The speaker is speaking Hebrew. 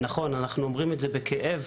נכון שאנחנו אומרים את זה בכאב,